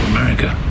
America